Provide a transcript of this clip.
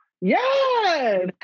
Yes